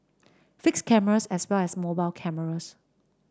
fixed cameras as well as mobile cameras